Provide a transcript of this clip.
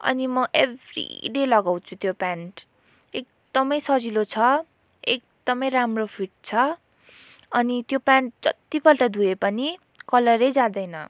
अनि म every day लगाउँछु त्यो प्यान्ट एकदमै सजिलो छ एकदमै राम्रो फिट छ अनि त्यो प्यान्ट जत्तिपल्ट धोए पनि कलरै जाँदैन